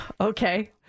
Okay